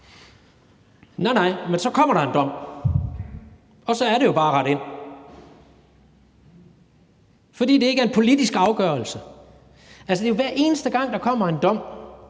Nej, men så kommer der en dom, og så er det jo bare at rette ind, fordi det ikke er en politisk afgørelse. Det er jo hver eneste gang, der kommer en dom